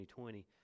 2020